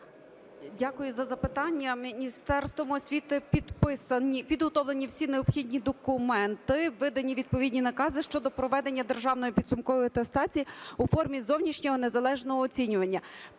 Дякую за запитання. Міністерством освіти підписані, підготовлені всі необхідні документи, видані відповідні накази щодо проведення державної підсумкової атестації у формі зовнішнього незалежного оцінювання.